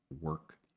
work